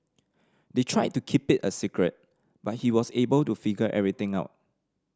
they tried to keep it a secret but he was able to figure everything out